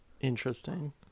Interesting